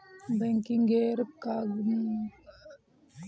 बैंकिंगेर कामकाज ला कर्मचारिर विरोधेर कारण स्थगित छेक